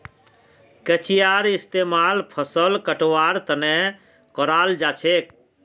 कचियार इस्तेमाल फसल कटवार तने कराल जाछेक